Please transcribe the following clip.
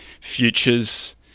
futures